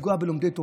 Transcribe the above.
לפגוע בלומדי תורה,